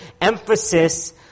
emphasis